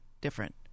different